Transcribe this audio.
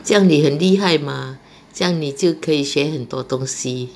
这样你很厉害 mah 这样你就可以学很多东西